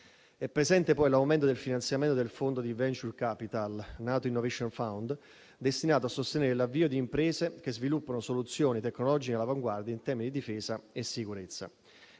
È presente poi l'aumento del finanziamento del fondo di *venture capital* NATO Innovation Fund, destinato a sostenere l'avvio di imprese che sviluppano soluzioni tecnologiche all'avanguardia in termini di difesa e sicurezza.